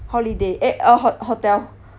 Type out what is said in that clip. holiday eh uh hot~ hotel